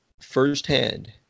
firsthand